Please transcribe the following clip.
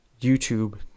YouTube